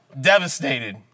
devastated